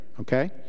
Okay